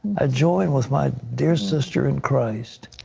ah join with my dear sister in christ,